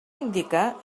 indicar